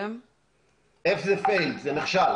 F זה Fails, זה נכשל.